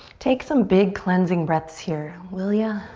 take some big cleansing breaths here, will ya?